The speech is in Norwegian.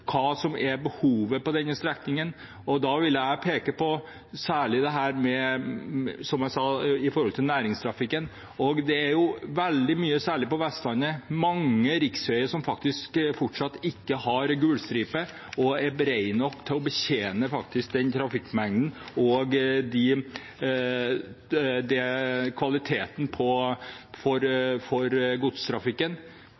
hva som er behovet på denne strekningen, og da vil jeg særlig peke på det jeg sa om næringstrafikken. Det er, særlig på Vestlandet, mange riksveier som faktisk fortsatt ikke har gulstripe, er brede nok til å betjene trafikkmengden eller har kvaliteten for godstrafikk. Da må vi utbedre den